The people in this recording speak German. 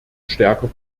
stärker